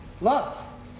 love